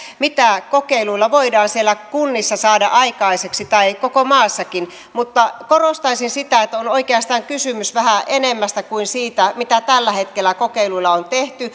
mitä kokeiluilla voidaan siellä kunnissa saada aikaiseksi tai koko maassakin korostaisin sitä että on oikeastaan kysymys vähän enemmästä kuin siitä mitä tällä hetkellä kokeiluilla on tehty